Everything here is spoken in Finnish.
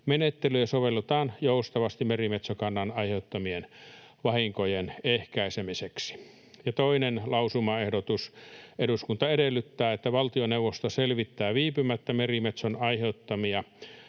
poikkeusmenettelyjä sovelletaan joustavasti merimetsokannan aiheuttamien vahinkojen ehkäisemiseksi.” Ja toinen lausumaehdotus: ”Eduskunta edellyttää, että valtioneuvosto selvittää viipymättä merimetson aiheuttamia